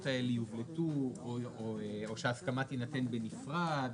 האלה יובלטו או שההסכמה תינתן בנפרד.